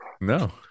No